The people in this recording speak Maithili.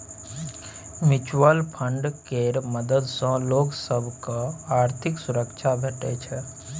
म्युचुअल फंड केर मदद सँ लोक सब केँ आर्थिक सुरक्षा भेटै छै